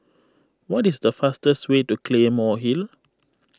what is the fastest way to Claymore Hill